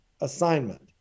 assignment